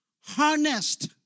harnessed